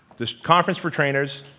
this conference for trainers,